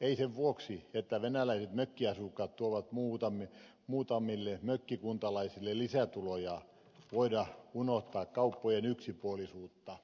ei sen vuoksi että venäläiset mökkiasukkaat tuovat muutamille mökkikuntalaisille lisätuloja voida unohtaa kauppojen yksipuolisuutta